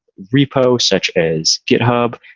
repo such as github,